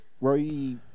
Roy